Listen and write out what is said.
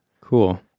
Cool